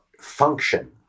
function